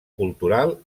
cultural